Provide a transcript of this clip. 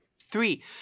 three